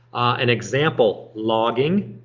an example logging,